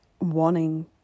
wanting